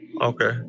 Okay